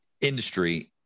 industry